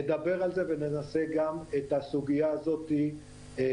נדבר על זה וננסה גם את הסוגיה הזאת לפתור.